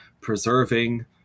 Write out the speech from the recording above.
preserving